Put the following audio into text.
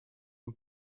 een